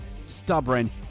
stubborn